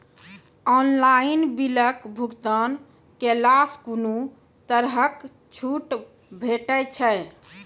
Online बिलक भुगतान केलासॅ कुनू तरहक छूट भेटै छै?